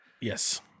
Yes